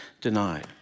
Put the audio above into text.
denied